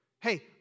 Hey